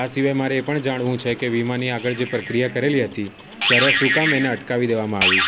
આ સિવાય મારે એ પણ જાણવું છે કે વીમાની આગળ જે પ્રક્રિયા કરેલી હતી ત્યારે શું કામ એને અટકાવી દેવામા આવી